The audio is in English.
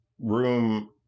room